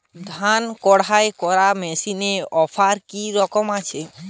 ধান মাড়াই করার মেশিনের অফার কী রকম আছে?